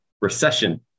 Recession